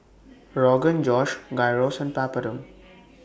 Rogan Josh Gyros and Papadum